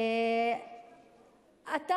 משפט, בבקשה.